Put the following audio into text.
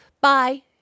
Bye